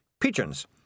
pigeons